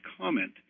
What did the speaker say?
comment